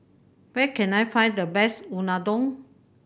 where can I find the best Unadon